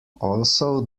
also